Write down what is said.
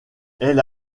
elle